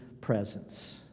presence